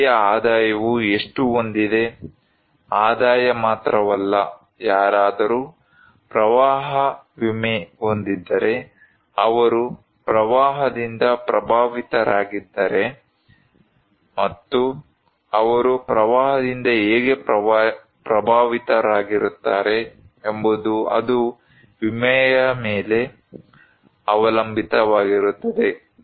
ವ್ಯಕ್ತಿಯ ಆದಾಯವು ಎಷ್ಟು ಹೊಂದಿದೆ ಆದಾಯ ಮಾತ್ರವಲ್ಲ ಯಾರಾದರೂ ಪ್ರವಾಹ ವಿಮೆ ಹೊಂದಿದ್ದರೆ ಅವರು ಪ್ರವಾಹದಿಂದ ಪ್ರಭಾವಿತರಾಗಿದ್ದರೆ ಮತ್ತು ಅವರು ಪ್ರವಾಹದಿಂದ ಹೇಗೆ ಪ್ರಭಾವಿತರಾಗುತ್ತಾರೆ ಎಂಬುದು ಅದು ವಿಮೆಯ ಮೇಲೆ ಅವಲಂಬಿತವಾಗಿರುತ್ತದೆ